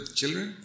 children